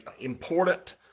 important